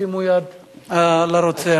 תשימו יד על הרוצח.